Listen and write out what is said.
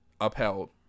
upheld